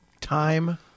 time